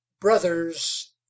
brothers